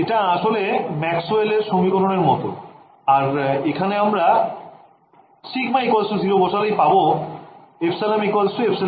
এটা আসলে ম্যাক্সওয়েল এর সমীকরণের মতো আর এখানে আমরা σ 0 বসালেই পাবো ε ε0εr